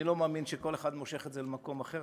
אני לא מאמין שכל אחד מושך את זה למקום אחר,